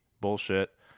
bullshit